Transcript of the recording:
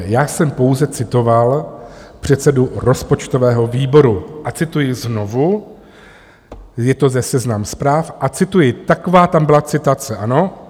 Já jsem pouze citoval předsedu rozpočtového výboru a cituji znovu, je to ze Seznam Zpráv a cituji, taková tam byla citace, ano?